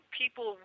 people